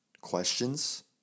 questions